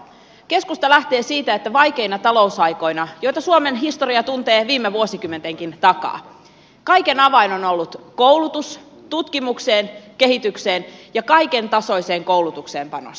keskusta lähtee siitä että vaikeina talousaikoina joita suomen historia tuntee viime vuosikymmentenkin takaa kaiken avain on ollut koulutus tutkimukseen kehitykseen ja kaiken tasoiseen koulutukseen panostaminen